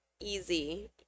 Easy